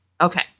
Okay